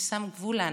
ששם גבול לאנוכיות.